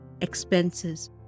expenses